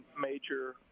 major